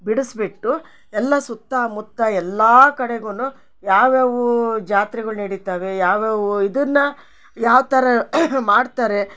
ಬಿಡಸ್ಬಿಟ್ಟು ಎಲ್ಲ ಸುತ್ತಾ ಮುತ್ತ ಎಲ್ಲಾ ಕಡೆಗುನು ಯಾವ್ಯಾವು ಜಾತ್ರೆಗಳು ನಡಿತಾವೆ ಯಾವ್ಯಾವೂ ಇದನ್ನ ಯಾವ್ಥರ ಮಾಡ್ತಾರೆ